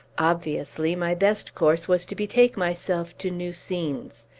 obviously, my best course was to betake myself to new scenes.